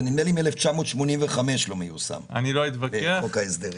נדמה לי מ-1985 לא מיושם בחוק ההסדרים.